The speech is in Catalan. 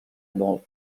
molt